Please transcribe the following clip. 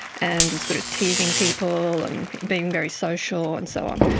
and was good at teasing people and being very social and so on,